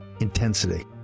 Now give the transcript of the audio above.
intensity